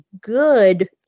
good